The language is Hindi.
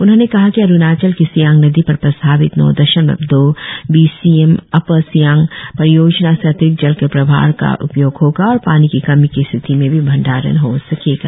उन्होंने कहा कि अरुणाचल की सियांग नदी पर प्रस्तावित नौ दशमलव दो B C M upper Siang परियोजना से अतिरिक्त जल के प्रवार का उपयोग होगा और पानी की कमी की स्थिति में भी भंडारण हो सकेगा